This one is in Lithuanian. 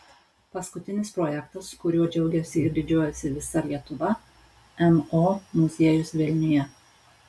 paskutinis projektas kuriuo džiaugiasi ir didžiuojasi visa lietuva mo muziejus vilniuje